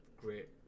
great